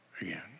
again